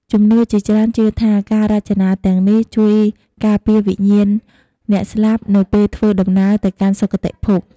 ជំនឿជាច្រើនជឿថា ការរចនាទាំងនេះជួយការពារវិញ្ញាណអ្នកស្លាប់នៅពេលធ្វើដំណើរទៅកាន់សុគតភព។